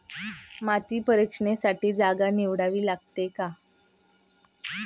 माती परीक्षणासाठी जागा निवडावी लागते का?